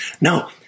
No